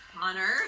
Connor